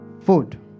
Food